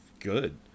Good